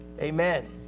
Amen